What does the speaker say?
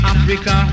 Africa